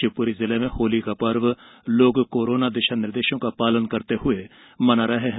शिवपुरी जिले में होली का पर्व लोग कोरोना दिशा निर्देशों का पालन करते हुए मना रहे हैं